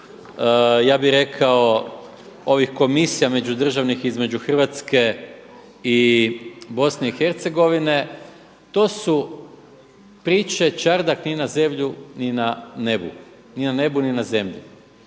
ja bih rekao ovih komisija međudržavnih između Hrvatske i BiH. To su priče čardak ni na zemlji ni na nebu, ni na nebu ni na zemlji.